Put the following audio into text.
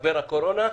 משבר הקורונה,